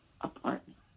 apartment